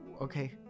okay